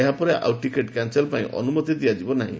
ଏହା ପରେ ଆଉ ଟିକେଟ୍ କ୍ୟାନସଲେସନ୍ ପାଇଁ ଅନୁମତି ଦିଆଯିବ ନାହିଁ